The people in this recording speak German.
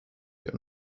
wir